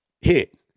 hit